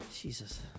Jesus